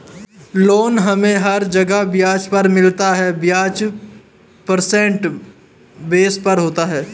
loan हमे हर जगह ब्याज पर मिलता है ब्याज परसेंटेज बेस पर होता है